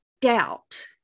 doubt